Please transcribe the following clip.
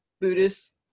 Buddhist